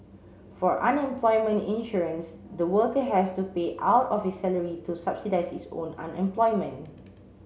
for unemployment insurance the worker has to pay out of his salary to subsidise his own unemployment